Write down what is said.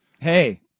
Hey